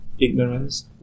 Ignorance